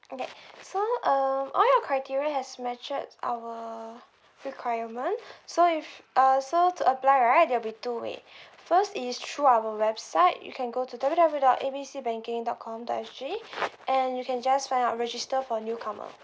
okay so um all your criteria has matched our requirement so if uh so to apply right there'll be two way first is through our website you can go to W W W dot A B C banking dot com dot S_G and you can just sign up register for newcomer